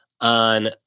on